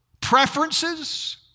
preferences